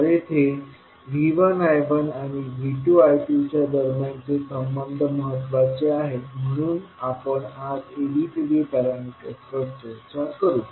तर येथे V1 I1आणि V2 I2च्या दरम्यानचे संबंध महत्वाचे आहेत म्हणून आपण आज ABCD पॅरामीटर्सवर चर्चा करू